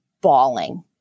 bawling